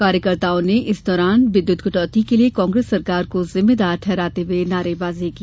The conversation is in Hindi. कार्यकर्ताओं ने इस दौरान विद्युत कटौती के लिये कांग्रेस सरकार को जिम्मेदार ठहराते हुये नारेबाजी की